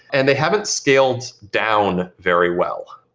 and they haven't scaled down very well.